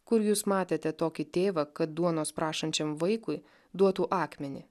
kur jūs matėte tokį tėvą kad duonos prašančiam vaikui duotų akmenį